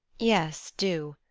yes, do.